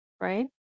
right